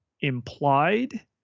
implied